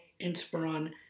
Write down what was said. Inspiron